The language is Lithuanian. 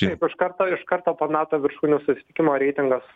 taip iš karto iš karto po nato viršūnių susitikimo reitingas